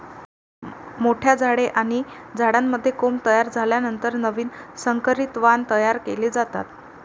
मोठ्या झाडे आणि झाडांमध्ये कोंब तयार झाल्यानंतर नवीन संकरित वाण तयार केले जातात